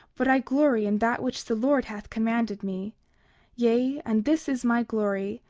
but i glory in that which the lord hath commanded me yea, and this is my glory,